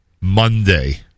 Monday